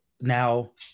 now